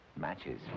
Matches